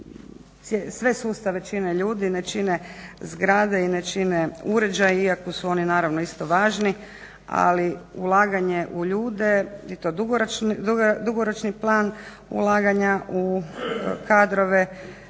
sve sustave čine ljudi, ne čine zgrade i ne čine uređaji iako su oni naravno isto važni. Ali ulaganje u ljude i to dugoročni plan ulaganja u kadrove,